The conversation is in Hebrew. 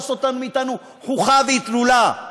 לעשות מאתנו חוכא ואטלולא.